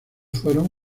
fueron